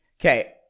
Okay